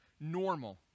normal